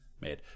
made